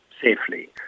safely